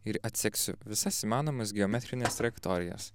ir atsegsiu visas įmanomas geometrines trajektorijas